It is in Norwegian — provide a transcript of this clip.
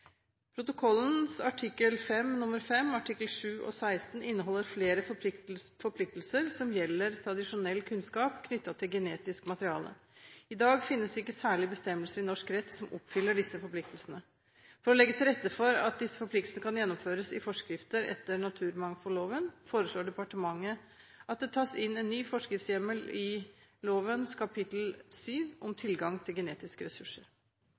Protokollens artikkel 5 nr. 5, artikkel 7 og artikkel 16 inneholder flere forpliktelser som gjelder tradisjonell kunnskap knyttet til genetisk materiale. I dag finnes ikke særlige bestemmelser i norsk rett som oppfyller disse forpliktelsene. For å legge til rette for at disse forpliktelsene kan gjennomføres i forskrifter etter naturmangfoldloven foreslår departementet at det tas inn en ny forskriftshjemmel i lovens kapittel VII om tilgang til genetiske ressurser.